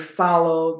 follow